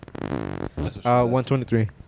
123